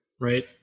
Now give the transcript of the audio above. right